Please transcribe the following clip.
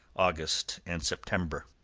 august, and september.